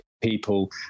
people